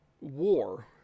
war